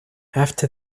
after